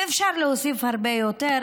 ואפשר להוסיף הרבה יותר,